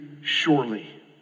surely